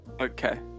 Okay